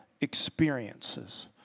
experiences